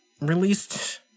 Released